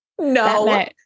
No